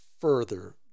further